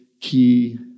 key